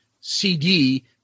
CD